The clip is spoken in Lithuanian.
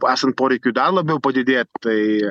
esant poreikiui dar labiau padidėt tai